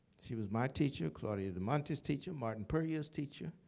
she was my teacher, claudia demonte's teacher, martin puryear's teacher,